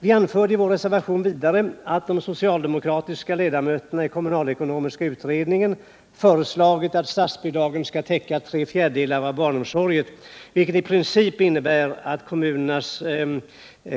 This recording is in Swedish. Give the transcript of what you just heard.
Vi anförde i vår reservation vidare att de socialdemokratiska ledamöterna i kommunalekonomiska utredningen föreslagit att statsbidragen skall täcka tre fjärdedelar av barnomsorgen, vilket i princip innebär att kommunernas